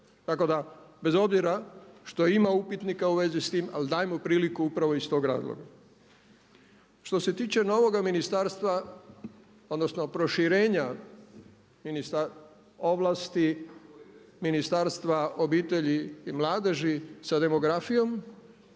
Tako da bez obzira što ima upitnika u vezi s tim, ali dajmo priliku upravo iz tvog razloga. Što se tiče novoga ministarstva odnosno proširenja ovlasti Ministarstva obitelji i mladeži sa demografijom,